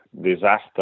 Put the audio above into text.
disaster